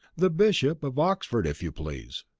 the bishop of oxford if you please!